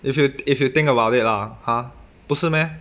if you if you think about it lah !huh! 不是 meh